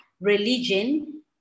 religion